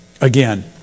Again